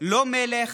לא מלך,